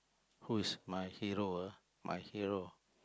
who is my hero ah my hero